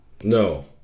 No